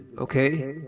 okay